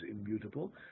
immutable